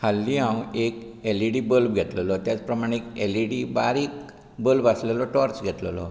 हाल्ली हांव एक एलइडी बल्ब घेतिल्लो तेच प्रमाणे एक एलइडी बल्ब आसलेलो टॉर्च घेतलोलो